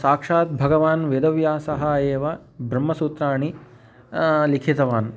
साक्षात् भगवान् वेदव्यासः एव ब्रह्मसूत्राणि लिखितवान्